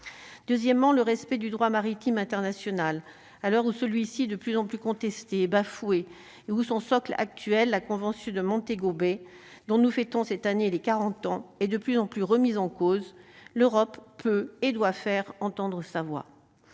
deuxièmement, le respect du droit maritime international à l'heure où celui-ci de plus en plus contesté bafouée et où son socle actuel, la convention de Montego Bay, dont nous fêtons cette année les 40 ans, et de plus en plus remise en cause, l'Europe peut et doit faire entendre sa voix,